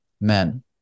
men